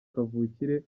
kavukire